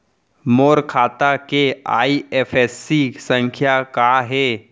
मोर खाता के आई.एफ.एस.सी संख्या का हे?